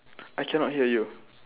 I cannot hear you